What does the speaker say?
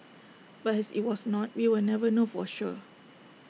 but as IT was not we will never know for sure